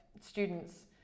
students